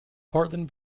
portland